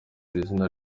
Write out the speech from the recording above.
izina